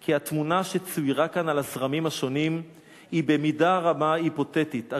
כי התמונה שצוירה כאן על הזרמים השונים היא במידה רבה היפותטית,